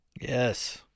Yes